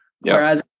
whereas